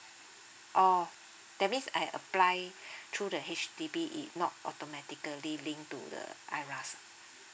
oh that means I apply through the H_D_B if not automatically linked to the iras ah